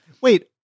Wait